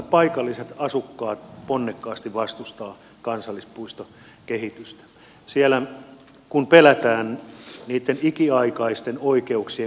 paikalliset asukkaat ponnekkaasti vastustavat kansallispuistokehitystä siellä kun pelätään niitten ikiaikaisten oikeuksien menettämistä